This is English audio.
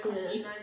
ya